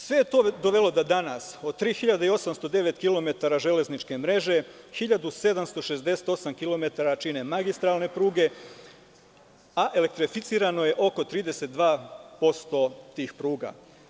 Sve je to dovelo da danas od 3.809 kilometara železničke mreže 1.768 kilometara čine magistralne pruge, a elektrificirano je oko 32% tih pruga.